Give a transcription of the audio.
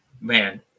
man